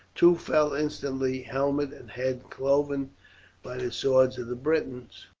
two fell instantly, helmet and head cloven by the swords of the britons,